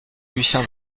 lucien